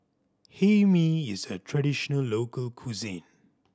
Hae Mee is a traditional local cuisine